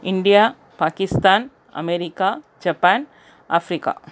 India Pakistan America Japan Africa